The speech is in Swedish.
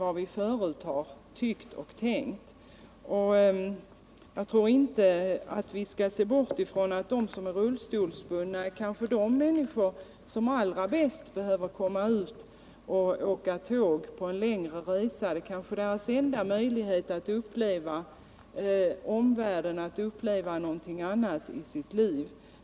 Vi kan ju inte se bort ifrån att de rullstolsbundna kanske är just de människor som allra bäst behöver komma ut och resa med tåg längre sträckor. Det kanske är deras enda möjlighet att uppleva omvärlden och uppleva något annat.